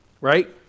Right